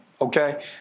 okay